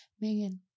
Megan